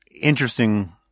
interesting